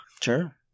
Sure